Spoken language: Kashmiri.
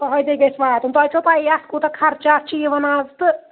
فٲہِدَے گژھِ واتُن تۄہہِ چھو پَے یَتھ کوٗتاہ خرچات چھِ یِوان آز تہٕ